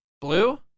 Blue